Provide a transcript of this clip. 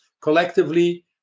collectively